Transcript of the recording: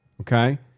Okay